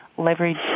leverage